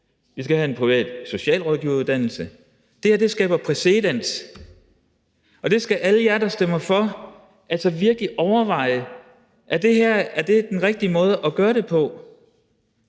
vi skal have en privat socialrådgiveruddannelse. Det her skaber præcedens. Og det skal alle jer, der stemmer for, altså virkelig overveje: Er det her den rigtige måde at gøre det på?